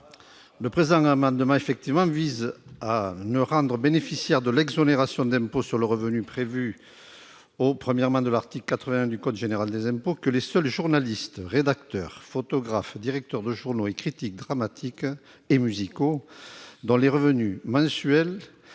proposons de réserver le bénéfice de l'exonération d'impôt sur le revenu prévue au 1° de l'article 81 du code général des impôts aux seuls journalistes, rédacteurs, photographes, directeurs de journaux et critiques dramatiques et musicaux dont le revenu mensuel